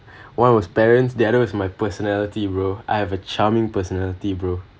one was parents the other was my personality bro I have a charming personality bro